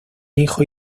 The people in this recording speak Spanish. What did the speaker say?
hijo